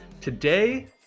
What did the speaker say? Today